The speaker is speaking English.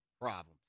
problems